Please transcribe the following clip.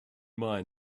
mind